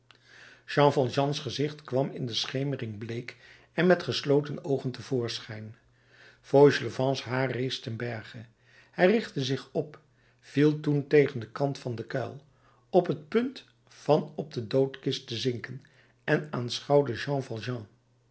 jean valjeans gezicht kwam in de schemering bleek en met gesloten oogen te voorschijn fauchelevents haar rees te berge hij richtte zich op viel toen tegen den kant van den kuil op t punt van op de doodkist te zinken en aanschouwde jean